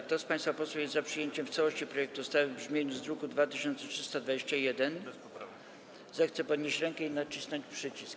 Kto z państwa posłów jest za przyjęciem w całości projektu ustawy w brzmieniu z druku nr 2321, zechce podnieść rękę i nacisnąć przycisk.